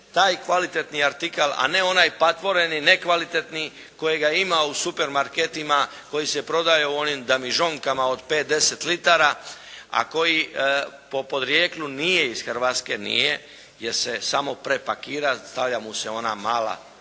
taj kvalitetni artikl, a ne onaj patvoreni, nekvalitetni kojega ima u supermarketima, koji se prodaje u onim damižonkama od 5, 10 litara, a koji po porijeklu nije iz Hrvatske, nije jer se samo prepakira, stavlja mu se ona mala